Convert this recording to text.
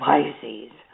Pisces